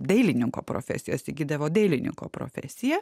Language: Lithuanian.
dailininko profesijos įgydavo dailininko profesiją